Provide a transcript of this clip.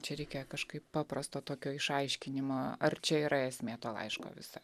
čia reikia kažkaip paprasto tokio išaiškinimo ar čia yra esmė to laiško visa